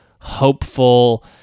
hopeful